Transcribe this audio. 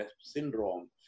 syndrome